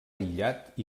aïllat